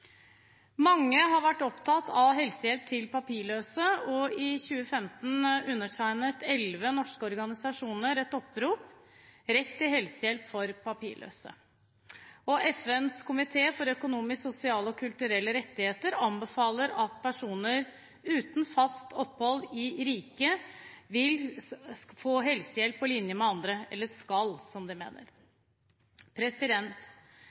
Mange har vært opptatt av helsehjelp til papirløse, og i 2015 undertegnet elleve norske organisasjoner oppropet Rett til helsehjelp for papirløse. FNs komité for økonomiske, sosiale og kulturelle rettigheter anbefaler at personer uten fast opphold i riket skal få helsehjelp på lik linje med andre.